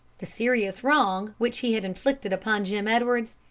the serious wrong which he had inflicted upon jim edwards,